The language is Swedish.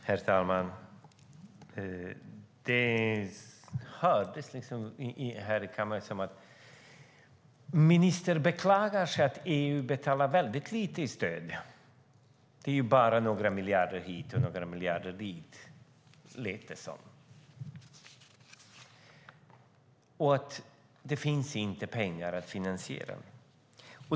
Herr talman! Det lät här i kammaren som att ministern beklagade sig över att EU betalar väldigt lite i stöd - det är ju bara några miljarder hit och några miljarder dit, och det finns inte pengar till finansiering.